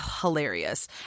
hilarious